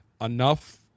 enough